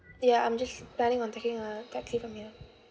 ya I'm just planning on taking a taxi from here